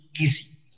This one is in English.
easy